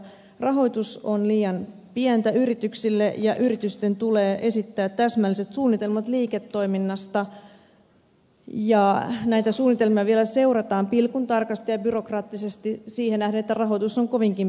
rahoitus on liian pientä yrityksille ja yritysten tulee esittää täsmälliset suunnitelmat liiketoiminnasta ja näitä suunnitelmia vielä seurataan pilkuntarkasti ja byrokraattisesti siihen nähden että rahoitus on kovinkin pientä